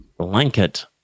blanket